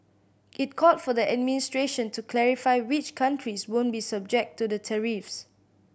it called for the administration to clarify which countries won't be subject to the tariffs